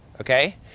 okay